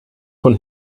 von